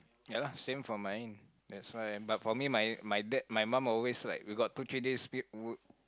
ya lah same for mine that's why but for me my my dad my mum always like we got two three days w~